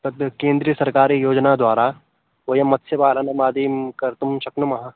तद् केन्द्रियसर्कारी योजनाद्वारा वयं मत्स्यपालनादिकं कर्तुं शक्नुमः